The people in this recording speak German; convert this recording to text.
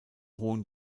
hohen